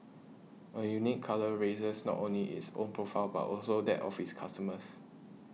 a unique colour raises not only its own profile but also that of its customers